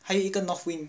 还有一个 north wing